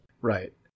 Right